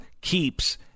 keeps